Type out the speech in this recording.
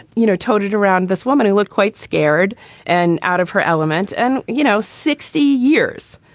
you know, toted around this woman who looked quite scared and out of her element. and, you know, sixty years,